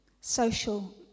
social